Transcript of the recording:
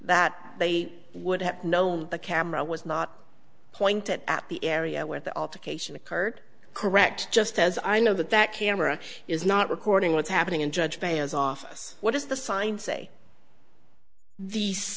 that they would have known the camera was not pointed at the area where the altercation occurred correct just as i know that that camera is not recording what's happening and judge by his office what is the sign say the